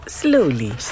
slowly